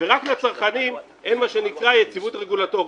ורק לצרכנים אין מה שנקרא יציבות רגולטורית.